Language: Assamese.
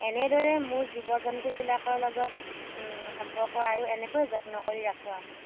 এনেদৰে মোৰ জীৱ জন্তুবিলাকৰ লগত সম্পৰ্ক আৰু এনেকৈয়ে যত্ন কৰি ৰাখোঁ আৰু মই